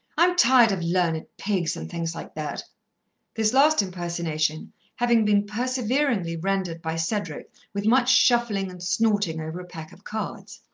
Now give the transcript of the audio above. i'm tired of learned pigs and things like that this last impersonation having been perseveringly rendered by cedric with much shuffling and snorting over a pack of cards.